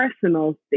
personal